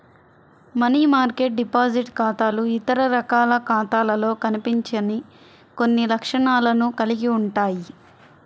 money market deposit ఖాతాలు ఇతర రకాల ఖాతాలలో కనిపించని కొన్ని లక్షణాలను కలిగి ఉంటాయి